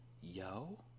yo